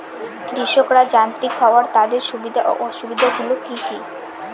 কৃষকরা যান্ত্রিক হওয়ার তাদের সুবিধা ও অসুবিধা গুলি কি কি?